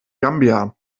gambia